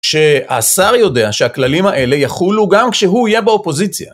שהשר יודע שהכללים האלה יחולו גם כשהוא יהיה באופוזיציה.